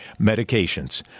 medications